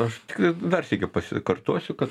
aš tik dar sykį pasikartosiu kad